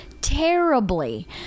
terribly